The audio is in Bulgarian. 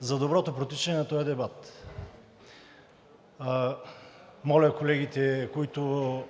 за доброто протичане на този дебат. Моля колегите, които